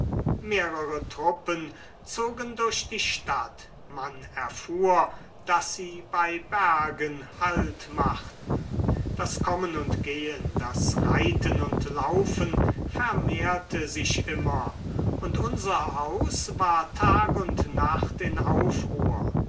mehrere truppen zogen durch die stadt man erfuhr daß sie bei bergen halt machten das kommen und gehen das reiten und laufen vermehrte sich immer und unser haus war tag und nacht in aufruhr